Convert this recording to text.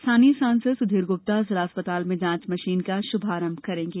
स्थानीय सांसद सुधीर गुप्ता जिला अस्पताल में जांच मशीन का श्भारंभ करेंगे